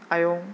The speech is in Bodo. आयं